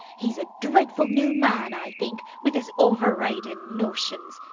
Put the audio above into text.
he's a dreadful new man, i think, with his overridin notions.